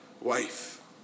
wife